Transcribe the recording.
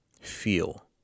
feel